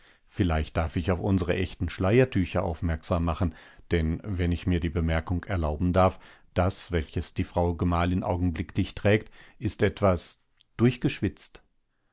vielleicht darf ich auf unsere echten schleiertücher aufmerksam machen denn wenn ich mir die bemerkung erlauben darf das welches die frau gemahlin augenblicklich trägt ist etwas durchgeschwitzt